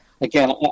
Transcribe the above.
again